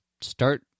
start